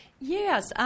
Yes